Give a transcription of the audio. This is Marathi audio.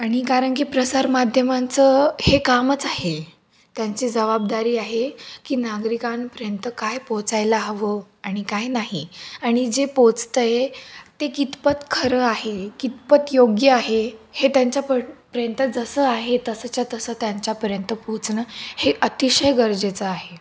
आणि कारण की प्रसार माध्यमांचं हे कामच आहे त्यांची जबाबदारी आहे की नागरिकांपर्यंत काय पोचायला हवं आणि काय नाही आणि जे पोचतं आहे ते कितपत खरं आहे कितपत योग्य आहे हे त्यांच्या पर पर्यंत जसं आहे तसंच्या तसं त्यांच्यापर्यंत पोचणं हे अतिशय गरजेचं आहे